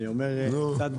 אני אומר בצחוק,